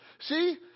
See